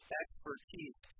expertise